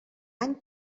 any